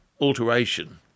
alteration